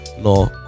No